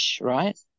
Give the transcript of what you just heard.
right